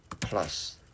plus